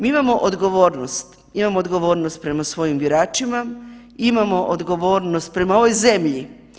Mi imamo odgovornost, imamo odgovornost prema svojim biračima, imamo odgovornost prema ovoj zemlji.